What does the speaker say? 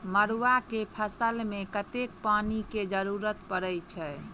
मड़ुआ केँ फसल मे कतेक पानि केँ जरूरत परै छैय?